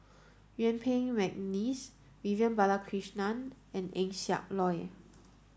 Yuen Peng McNeice Vivian Balakrishnan and Eng Siak Loy